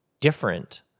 different